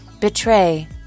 Betray